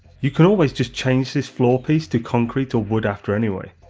you can always just change this floor piece to concrete or wood after anyway.